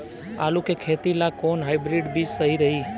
आलू के खेती ला कोवन हाइब्रिड बीज सही रही?